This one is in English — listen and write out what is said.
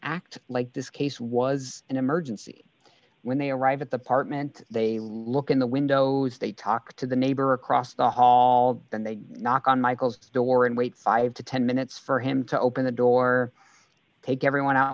act like this case was an emergency when they arrive at the partment they look in the windows they talk to the neighbor across the hall and they knock on michael's door and wait five to ten minutes for him to open the door take everyone out